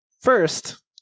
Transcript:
first